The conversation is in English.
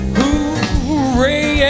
Hooray